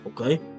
Okay